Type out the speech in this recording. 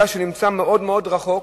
יודע שזה נמצא מאוד מאוד רחוק.